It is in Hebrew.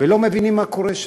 ולא מבינים מה קורה שם.